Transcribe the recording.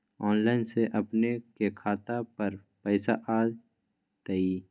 Online से अपने के खाता पर पैसा आ तई?